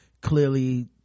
clearly